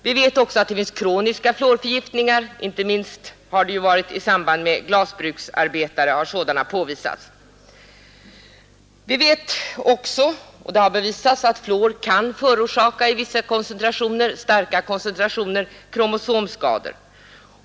Vi vet också att det finns kroniska fluorförgiftningar — inte minst bland glasbruksarbetare har sådana påvisats. Vi vet också — och det har bevisats — att fluor i vissa starka koncentrationer kan förorsaka kromosomskador.